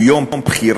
הוא יום בחירה,